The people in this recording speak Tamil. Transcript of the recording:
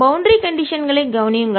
பௌண்டரி கண்டிஷன்கள் களைக் கவனியுங்கள்